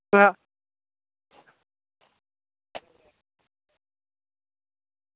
आं